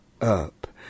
up